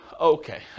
Okay